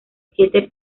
siete